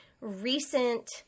recent